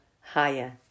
higher